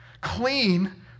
Clean